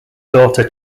daughter